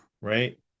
right